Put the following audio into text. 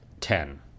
Ten